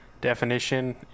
definition